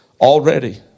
already